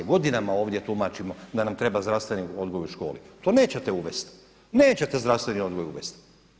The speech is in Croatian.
Godinama ovdje tumačimo da nam treba zdravstveni odgoj u školi, to nećete uvesti, nećete zdravstveni odgoj uvesti.